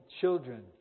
children